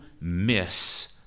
miss